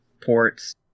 ports